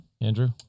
Andrew